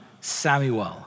Samuel